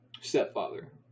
Stepfather